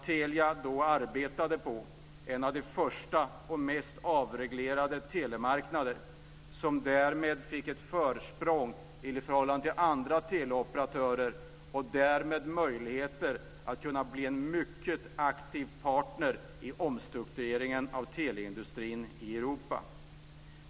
Telia arbetade då på en av de första och mest avreglerade telemarknaderna och fick därmed ett försprång i förhållande till andra teleoperatörer och hade därmed möjligheter att bli en mycket aktiv partner i omstruktureringen av teleindustrin i Europa.